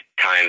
time